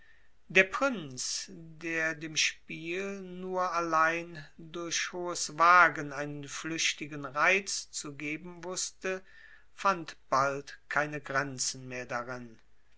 der prinz der dem spiel nur allein durch hohes wagen einen flüchtigen reiz zu geben wußte fand bald keine grenzen mehr darin